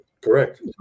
Correct